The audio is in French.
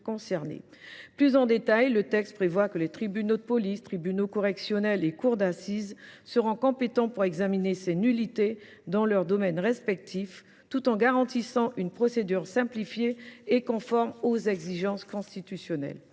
plus détaillée, le texte prévoit que les tribunaux de police, les tribunaux correctionnels et les cours d’assises seront compétents pour examiner ces nullités dans leur domaine respectif, tout en garantissant une procédure simplifiée et conforme aux exigences constitutionnelles.